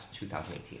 2018